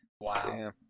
Wow